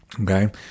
okay